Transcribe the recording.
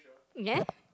yes